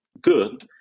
good